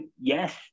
yes